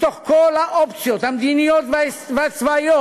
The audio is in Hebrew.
מתוך כל האופציות המדיניות והצבאיות,